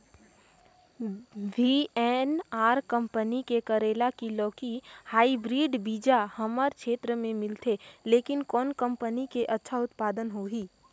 VNR company के करेला की लौकी हाईब्रिड बीजा हमर क्षेत्र मे मिलथे, लेकिन कौन कंपनी के अच्छा उत्पादन होही?